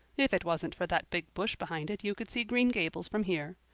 if it wasn't for that big bush behind it you could see green gables from here.